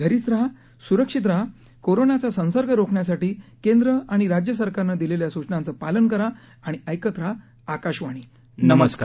घरीच रहा सुरक्षित रहा कोरोनाचा संसर्ग रोखण्यासाठी केंद्र आणि राज्य सरकारनं दिलेल्या सूचनांचं पालन करा आणि ऐकत रहा आकाशवाणी नमस्कार